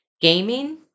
gaming